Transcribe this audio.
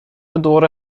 دوره